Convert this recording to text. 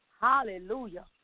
Hallelujah